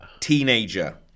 Teenager